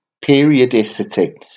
periodicity